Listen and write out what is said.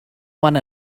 one